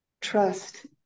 trust